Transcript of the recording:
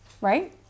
right